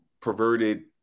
perverted